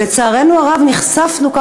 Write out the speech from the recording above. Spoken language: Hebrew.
לצערנו הרב נחשפנו,